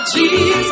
Jesus